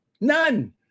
none